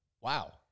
Wow